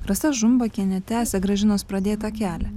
rasa žumbakienė tęsia gražinos pradėtą kelią